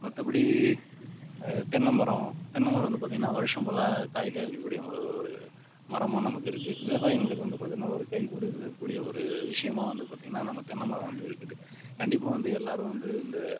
மற்றபடி தென்னை மரம் தென்னை மரம் வந்து பார்த்திங்கன்னா வருஷம் ஃபுல்லாக காய் காய்க்கக்கூடிய ஒரு ஒரு மரமாக நமக்கு இருக்குது விவசாயிங்களுக்கு வந்து பாத்தோன்னா ஒரு கை கொடுக்கக்கூடிய ஒரு விஷயமா வந்து பார்த்திங்கன்னா நம்ம தென்னை மரம் வந்து இருக்குது கண்டிப்பாக வந்து எல்லோரும் வந்து இந்த